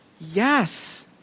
yes